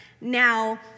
Now